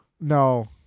No